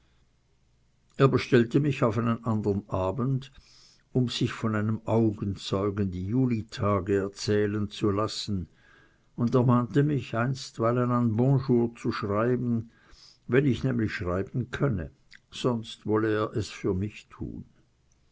er bestellte mich auf einen andern abend um sich von einem augenzeugen die julitage erzählen zu lassen und ermahnte mich einstweilen an bonjour zu schreiben wenn ich nämlich schreiben könne sonst wolle er es für mich tun